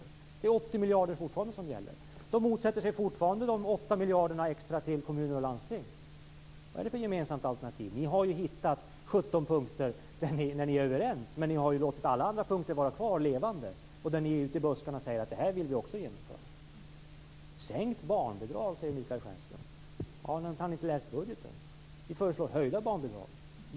Då är det fortfarande 80 miljarder som gäller. De motsätter sig fortfarande de 8 miljarderna extra till kommuner och landsting. Vad är det för ett gemensamt alternativ? Ni har hittat 17 punkter där ni är överens, men alla andra punkter återstår. Ute i buskarna kan ni sedan tala om saker som ni också vill genomföra. Michael Stjernström säger att vi vill sänka barnbidraget. Har han inte läst budgeten? Vi föreslår där höjda barnbidrag.